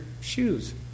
shoes